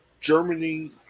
Germany